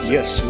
Yes